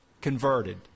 converted